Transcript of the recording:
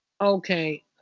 Okay